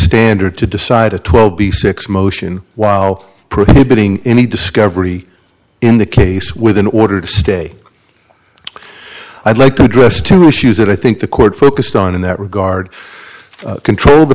standard to decide a twelve b six motion while prohibiting any discovery in the case with an order to stay i'd like to address two issues that i think the court focused on in that regard control the